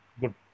good